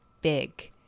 big